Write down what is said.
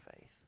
faith